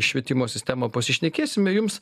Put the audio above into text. švietimo sistemą pasišnekėsime jums